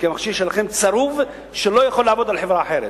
כי המכשיר שלכם צרוב כך שהוא לא יכול לעבוד בחברה אחרת.